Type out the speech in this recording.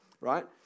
right